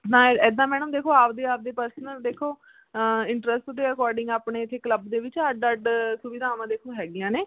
ਨਾ ਇੱਦਾਂ ਮੈਡਮ ਦੇਖੋ ਆਪਦੇ ਆਪਦੇ ਪਰਸਨਲ ਦੇਖੋ ਇੰਟਰਸਟ ਦੇ ਅਕੋਡਿੰਗ ਆਪਣੇ ਇੱਥੇ ਕਲੱਬ ਦੇ ਵਿੱਚ ਅੱਡ ਅੱਡ ਸੁਵਿਧਾਵਾਂ ਦੇਖੋ ਹੈਗੀਆਂ ਨੇ